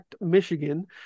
Michigan